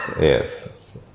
Yes